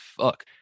fuck